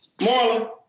Marlon